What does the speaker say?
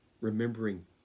Remembering